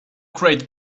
crate